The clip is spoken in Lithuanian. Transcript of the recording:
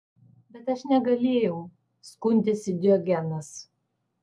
bet aš negalėjau skundėsi diogenas